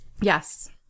Yes